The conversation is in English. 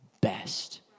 best